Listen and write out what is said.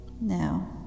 Now